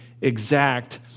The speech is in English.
exact